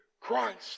Christ